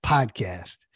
Podcast